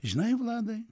žinai vladai